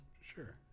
Sure